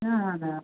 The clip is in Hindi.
क्या हाल है आप